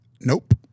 Nope